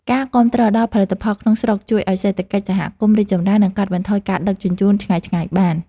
ការគាំទ្រដល់ផលិតផលក្នុងស្រុកជួយឱ្យសេដ្ឋកិច្ចសហគមន៍រីកចម្រើន និងកាត់បន្ថយការដឹកជញ្ជូនឆ្ងាយៗបាន។